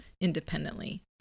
independently